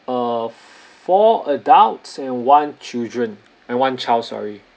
uh four adults and one children and one child sorry